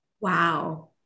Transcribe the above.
Wow